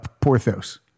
Porthos